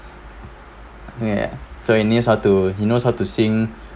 ya so he knew how to he knows how to sing